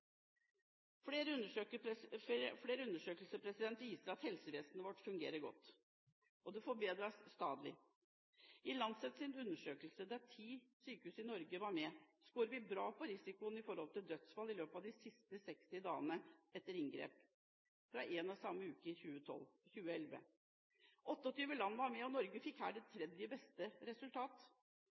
Flere undersøkelser viser at helsevesenet vårt fungerer godt, og det forbedres stadig. I en Lancet-undersøkelse, der ti sykehus i Norge var med, scorer vi bra på risikoen for dødsfall i løpet av de siste 60 dager etter inngrep, fra én og samme uke i 2011. 28 land var med, og Norge fikk her det tredje beste